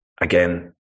again